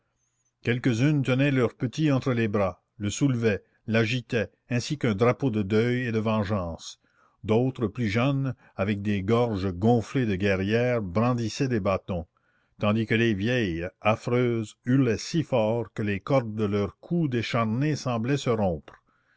quelques-unes tenaient leur petit entre les bras le soulevaient l'agitaient ainsi qu'un drapeau de deuil et de vengeance d'autres plus jeunes avec des gorges gonflées de guerrières brandissaient des bâtons tandis que les vieilles affreuses hurlaient si fort que les cordes de leurs cous décharnés semblaient se rompre